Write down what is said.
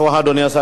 אדוני השר,